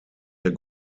der